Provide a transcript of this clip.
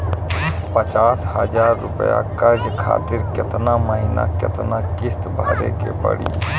पचास हज़ार रुपया कर्जा खातिर केतना महीना केतना किश्ती भरे के पड़ी?